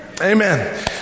Amen